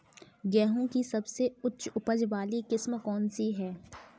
गेहूँ की सबसे उच्च उपज बाली किस्म कौनसी है?